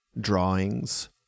drawings